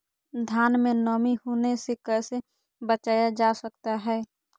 धान में नमी होने से कैसे बचाया जा सकता है?